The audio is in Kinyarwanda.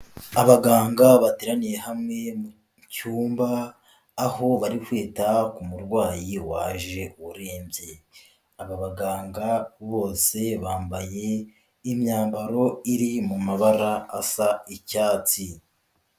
Abaganga bateraniye hamwe mu cyumba aho bari kwita ku murwayi waje urembye, aba baganga bose bambaye imyambaro iri mu mabara asa icyatsi.